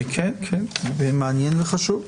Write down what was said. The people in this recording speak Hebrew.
כן, ומעניין וחשוב.